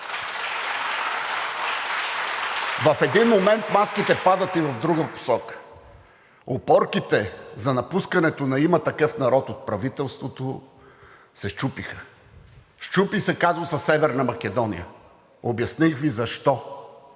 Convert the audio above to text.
В един момент маските падат и в друга посока. Опорките за напускането на „Има такъв народ“ от правителството се счупиха. Счупи се казусът Северна Македония. Обясних Ви защо.